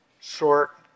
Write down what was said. short